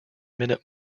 minute